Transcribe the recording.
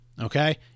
Okay